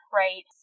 right